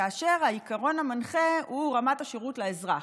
כאשר העיקרון המנחה הוא רמת השירות לאזרח.